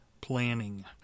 planning